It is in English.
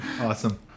Awesome